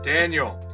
Daniel